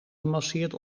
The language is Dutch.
gemasseerd